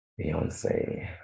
Beyonce